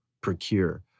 procure